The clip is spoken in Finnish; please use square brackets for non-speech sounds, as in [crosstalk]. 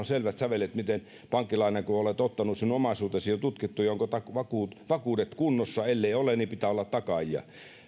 [unintelligible] selvät sävelet miten pankkilainan kun olet ottanut on tutkittu sinun omaisuutesi ja ovatko vakuudet kunnossa elleivät ole pitää olla takaajia